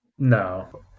No